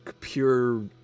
pure